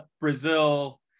Brazil